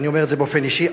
ואני אומר את זה באופן אישי,